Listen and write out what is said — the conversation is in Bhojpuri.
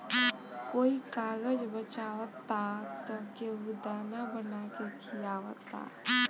कोई कागज बचावता त केहू दाना बना के खिआवता